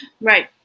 Right